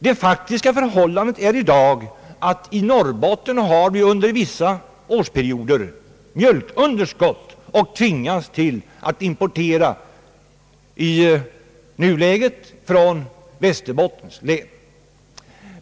Det faktiska förhållandet är att vi i Norrbotten under vissa årsperioder har mjölkunderskott och tvingas importera, i nuläget från Västerbottens län.